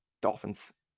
Dolphins